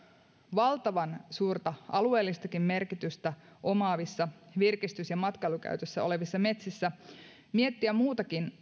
valtavan suurta alueellistakin merkitystä omaavissa virkistys ja matkailukäytössä olevissa metsissä miettiä muitakin